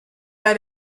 bei